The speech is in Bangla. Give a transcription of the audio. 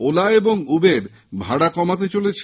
ওলা এবং উবের ভাড়া কমাতে বলেছে